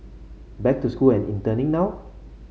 back to school and interning now